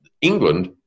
England